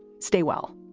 stay well.